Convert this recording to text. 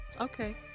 okay